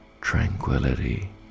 tranquility